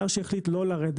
למה לתייר שהחליט לא לרדת